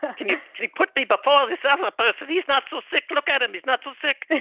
can you put me before this other person, he's not so sick, look at him, he's not so sick,